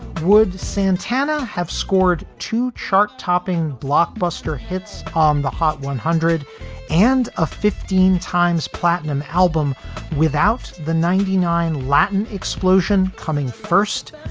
would santana have scored to chart topping blockbuster hits on um the hot one hundred and ah fifteen times platinum album without the ninety nine latin explosion coming first?